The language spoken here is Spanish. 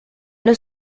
los